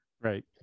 right